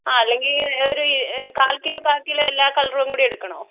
ആഹ് അല്ലെങ്കിൽ ഒരു കാൽ കിലോ കാൽ കിലോ എല്ലാ കളറും കൂടി എടുക്കണോ